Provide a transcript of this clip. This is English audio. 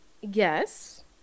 Yes